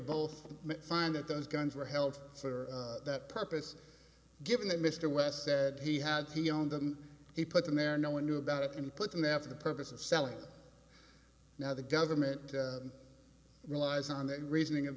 both find that those guns were held for that purpose given that mr west said he had he owned them he put them there no one knew about it and he put in after the purpose of selling now the government relies on the reasoning of